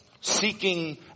seeking